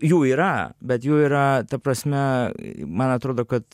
jų yra bet jų yra ta prasme man atrodo kad